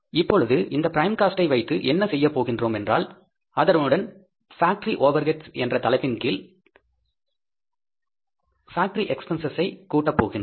இப்பொழுது இந்த prime cost ஐ வைத்து என்ன செய்யப் போகின்றோம் என்றால் அதனுடன் பேக்டரி ஓவர்ஹெட்ஸ் என்ற தலைப்பின் கீழ் பேக்டரி எக்ஸ்பென்ஸஸ் கூட்ட போகின்றோம்